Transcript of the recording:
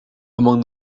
among